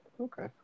Okay